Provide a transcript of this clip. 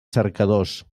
cercadors